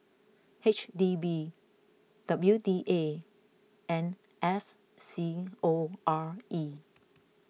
H D B W D A and S C O R E